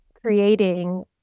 creating